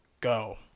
go